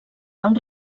del